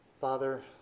Father